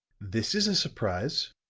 this is a surprise,